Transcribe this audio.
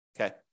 Okay